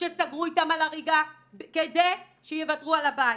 שסגרו איתם על הריגה כדי שיוותרו על הבית.